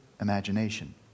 imagination